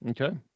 Okay